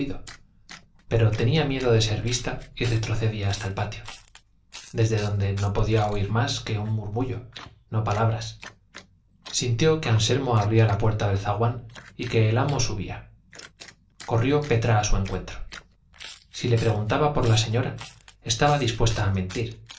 pero tenía miedo de ser vista y retrocedía hasta el patio desde donde no podía oír más que un murmullo no palabras sintió que anselmo abría la puerta del zaguán y que el amo subía corrió petra a su encuentro si le preguntaba por la señora estaba dispuesta a mentir